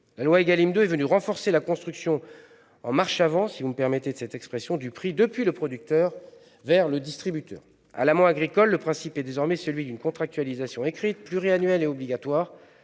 La loi Égalim 2 est venue renforcer la construction en « marche avant » du prix, si vous me permettez cette expression, depuis le producteur jusqu'au distributeur. À l'amont agricole, le principe est désormais celui d'une contractualisation écrite, pluriannuelle et obligatoire.